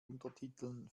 untertiteln